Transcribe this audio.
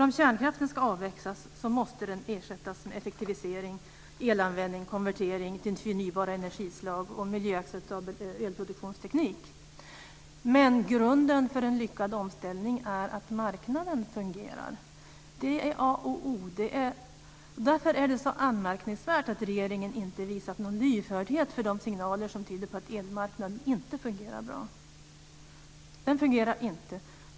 Om kärnkraften ska avvecklas måste den ersättas med effektivisering, elanvändning och konvertering till förnybara energislag och miljöacceptabel elproduktionsteknik. Men grunden för en lyckad omställning är att marknaden fungerar. Det är A och O. Därför är det så anmärkningsvärt att regeringen inte visat någon lyhördhet för de signaler som tyder på att elmarknaden inte fungerar bra.